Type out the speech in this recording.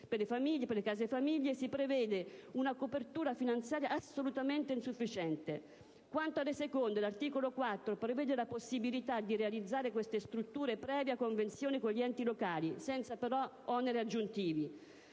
attenuata che per le case famiglie, infine, si prevede una copertura finanziaria assolutamente insufficiente. Quanto alle seconde, l'articolo 4 prevede la possibilità di realizzare queste strutture previa convenzione con gli enti locali, senza però oneri aggiuntivi.